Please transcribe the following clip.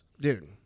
Dude